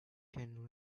can